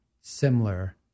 similar